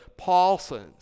Paulsons